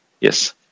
Yes